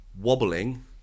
wobbling